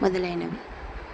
మొదలైనవి